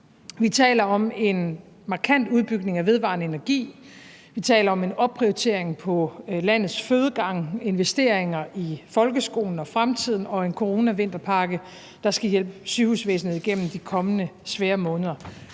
Vi taler om en markant udbygning af vedvarende energi, vi taler om en opprioritering på landets fødegange, investeringer i folkeskolen og i fremtiden og om en coronavinterpakke, som skal hjælpe sygehusvæsenet igennem de kommende svære måneder.